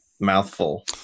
mouthful